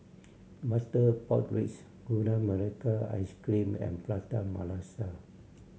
butter pork ribs Gula Melaka Ice Cream and Prata Masala